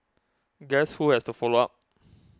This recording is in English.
guess who has to follow up